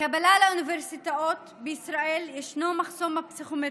בקבלה לאוניברסיטאות ישנו מחסום הפסיכומטרי,